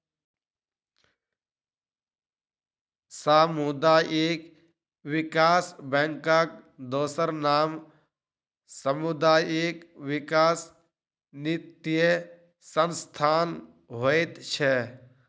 सामुदायिक विकास बैंकक दोसर नाम सामुदायिक विकास वित्तीय संस्थान होइत छै